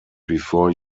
before